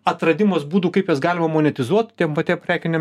atradimas būdų kaip jas galima magnetizuot tiem patiem prekiniam